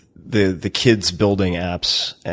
the the kids building apps,